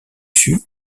fut